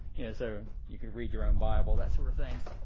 so you could read your own bible, that sort of thing.